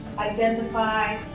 identify